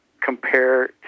compare